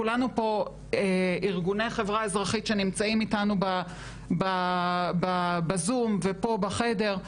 כולנו פה ארגוני חברה אזרחית שנמצאים איתנו בזום ופה בחדר,